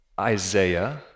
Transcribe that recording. Isaiah